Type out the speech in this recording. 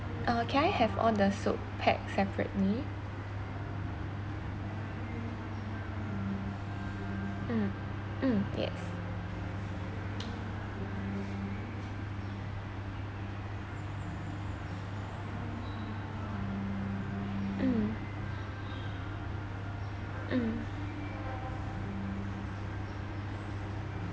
uh can I have all the soup pack separately mm mm yes mm mm